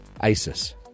ISIS